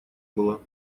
было